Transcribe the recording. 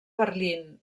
berlín